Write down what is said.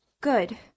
Good